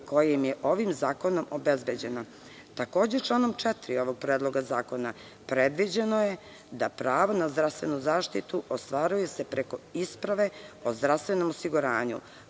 koja im je ovim zakonom obezbeđena. Takođe, članom 4. ovog predloga zakona predviđeno je da se pravo na zdravstvenu zaštitu ostvaruje preko isprave o zdravstvenom osiguranju,